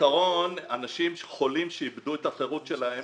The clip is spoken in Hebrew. בעיקרון אנשים חולים שאיבדו את החירות שלהם,